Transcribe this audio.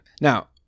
Now